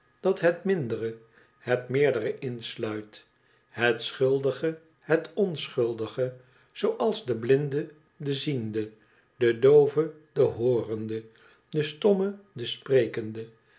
dat het mindere het meerdere insluit het schuldige het onschuldige zooals de blinde den ziende de doove den hoorende de stomme den sprekende